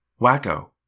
Wacko